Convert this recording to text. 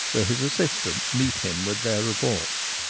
where his assistants meet him with their reports.